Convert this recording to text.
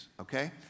okay